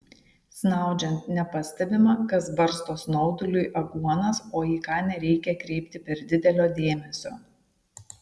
snaudžiant nepastebima kas barsto snauduliui aguonas o į ką nereikia kreipti per didelio dėmesio